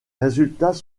résultats